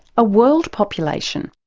a world population?